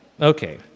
Okay